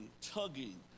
tugging